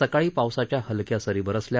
सकाळी पावसाच्या हलक्या सरी बरसल्या